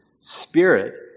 spirit